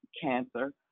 cancer